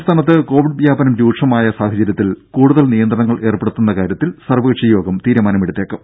സംസ്ഥാനത്ത് കോവിഡ് വ്യാപനം രൂക്ഷമായ സാഹചര്യത്തിൽ കൂടുതൽ നിയന്ത്രണങ്ങൾ ഏർപ്പെടുത്തുന്ന കാര്യത്തിൽ സർവ്വകക്ഷിയോഗം തീരുമാനമെടുത്തേക്കും